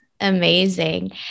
Amazing